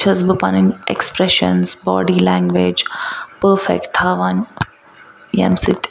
چھَس بہٕ پَنٕنۍ ایٚکسپریٚشَنز باڈی لینٛگویج پٔرفیٚکٹ تھاوان ییٚمہِ سۭتۍ